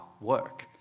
work